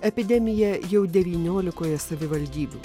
epidemija jau devyniolikoje savivaldybių